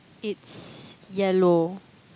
it's yellow